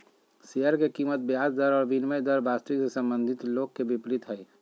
share के कीमत ब्याज दर और विनिमय दर वास्तविक से संबंधित लोग के विपरीत हइ